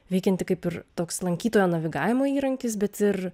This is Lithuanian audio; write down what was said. veikianti kaip ir toks lankytojo navigavimo įrankis bet ir